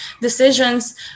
decisions